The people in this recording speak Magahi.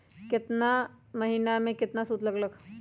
केतना महीना में कितना शुध लग लक ह?